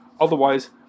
Otherwise